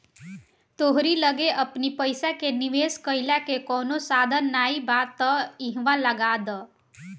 तोहरी लगे अपनी पईसा के निवेश कईला के कवनो साधन नाइ बा तअ इहवा लगा दअ